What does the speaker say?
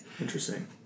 Interesting